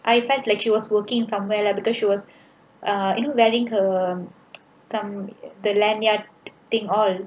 I felt like she was working somewhere lah because she was uh you know wearing her some the lanyard thing all